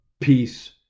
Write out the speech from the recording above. peace